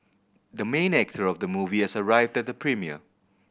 the main actor of the movie has arrived at the premiere